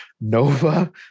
Nova